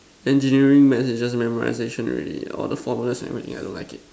engineering maths is just memorization already all the formulas and everything I don't like it